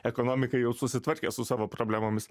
ekonomika jau susitvarkė su savo problemomis